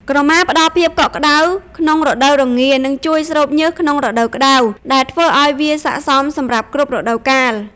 ក្រមាផ្តល់ភាពកក់ក្តៅក្នុងរដូវរងា និងជួយស្រូបញើសក្នុងរដូវក្តៅ ដែលធ្វើឱ្យវាស័ក្តិសមសម្រាប់គ្រប់រដូវកាល។